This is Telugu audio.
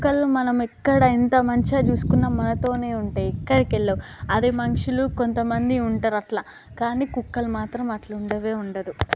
కుక్కలు మనము ఎక్కడ ఎంత మంచిగా చూసుకున్నా మనతోనే ఉంటాయి ఎక్కడికి వెళ్ళవు అదే మనుషులు కొంతమంది ఉంటారు అట్లా కానీ కుక్కలు మాత్రం అట్లా ఉండవే ఉండదు